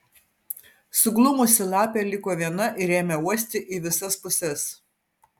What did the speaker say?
suglumusi lapė liko viena ir ėmė uosti į visas puses